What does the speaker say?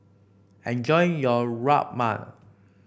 enjoy your Rajma